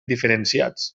diferenciats